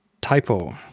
typo